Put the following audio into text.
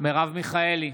מרב מיכאלי,